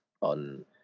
on